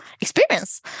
experience